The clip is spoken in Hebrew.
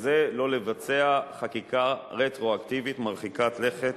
וזה כדי שלא לבצע חקיקה רטרואקטיבית מרחיקת לכת